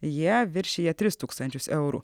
jie viršija tris tūkstančius eurų